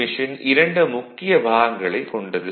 machine இரண்டு முக்கிய பாகங்களைக் கொண்டது